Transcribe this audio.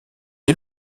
est